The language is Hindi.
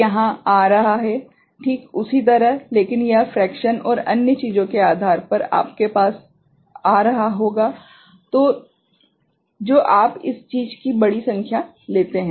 यहाँ यह आ रहा है ठीक उसी तरह लेकिन यह फ्रेक्शन और अन्य चीजों के आधार पर आपके पास आ रहा होगा जो आप इस चीज की बड़ी संख्या लेते हैं